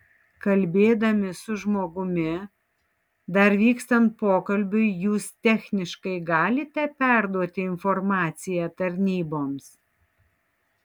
kalbėdami su žmogumi dar vykstant pokalbiui jūs techniškai galite perduoti informaciją tarnyboms